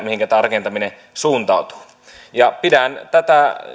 mihinkä tämä rakentaminen suuntautuu pidän tätä